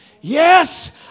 Yes